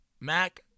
Mac